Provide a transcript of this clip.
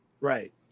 Right